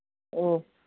ꯎꯝ